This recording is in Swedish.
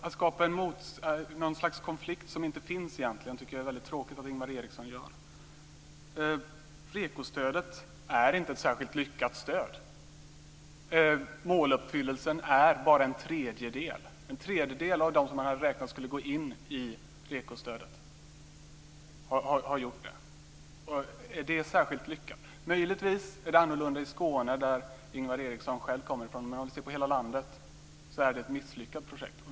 Att Ingvar Eriksson skapar något slags konflikt som egentligen inte finns, tycker jag är mycket tråkigt. REKO-stödet är inte ett särskilt lyckat stöd. Måluppfyllelsen är att bara en tredjedel av dem som man hade räknat med skulle gå in i REKO-stödet har gjort det. Är det särskilt lyckat? Möjligtvis är det annorlunda i Skåne, som Ingvar Eriksson själv kommer från, men om vi ser på hela landet är det ett misslyckat projekt.